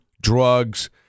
Drugs